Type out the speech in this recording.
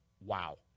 Wow